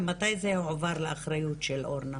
ומתי זה הועבר לאחריות של אורנה.